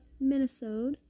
Minnesota